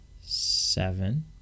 seven